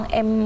em